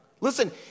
Listen